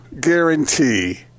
guarantee